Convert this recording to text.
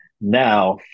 Now